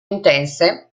intense